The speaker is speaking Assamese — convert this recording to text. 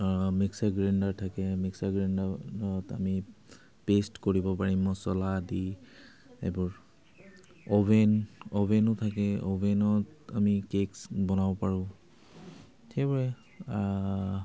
মিক্সাৰ গ্ৰাইণ্ডাৰ থাকে মিক্সাৰ গ্ৰাইণ্ডাৰত আমি পেষ্ট কৰিব পাৰিম মছলা আদি এইবোৰ অ'ভেন অ'ভেনো থাকে অ'ভেনত আমি কেক্ছ বনাব পাৰোঁ সেইবোৰে